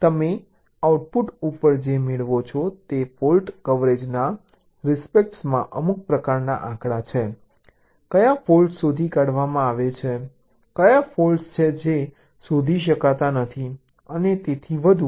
તેથી તમે આઉટપુટ ઉપર જે મેળવો છો તે ફોલ્ટ કવરેજના રિસ્પેક્ટમાં અમુક પ્રકારના આંકડા છે કયા ફોલ્ટ્સ શોધી કાઢવામાં આવે છે કયા ફોલ્ટ્સ છે જે શોધી શકાતા નથી અને તેથી વધુ